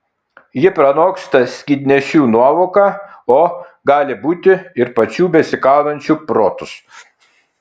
ji pranoksta skydnešių nuovoką o gal būti ir pačių besikaunančių protus